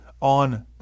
on